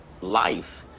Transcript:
life